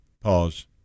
Pause